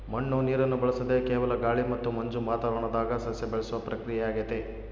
ಮಣ್ಣು ನೀರನ್ನು ಬಳಸದೆ ಕೇವಲ ಗಾಳಿ ಮತ್ತು ಮಂಜು ವಾತಾವರಣದಾಗ ಸಸ್ಯ ಬೆಳೆಸುವ ಪ್ರಕ್ರಿಯೆಯಾಗೆತೆ